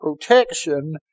protection